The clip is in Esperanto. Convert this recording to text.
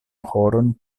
horon